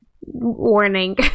Warning